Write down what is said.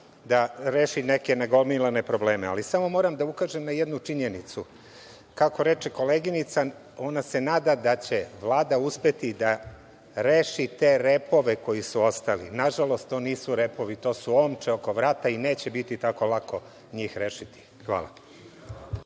da reši neke nagomilane probleme. Ali, samo moram da ukažem na jednu činjenicu, kako reče koleginica, ona se nada da će Vlada uspeti da reši te „repove“ koji su ostali. Nažalost, to nisu repovi, to su omče oko vrata i neće biti tako lako njih rešiti. Hvala.